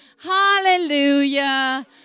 Hallelujah